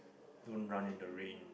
don't run in the rain